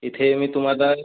इथे मी तुम्हाला